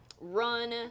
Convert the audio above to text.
run